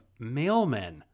mailmen